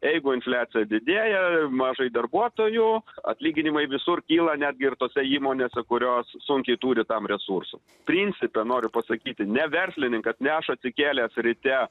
jeigu infliacija didėja mažai darbuotojų atlyginimai visur kyla netgi ir tose įmonėse kurios sunkiai turi tam resursų principe noriu pasakyti ne verslininkas neša atsikėlęs ryte